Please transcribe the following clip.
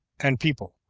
and people,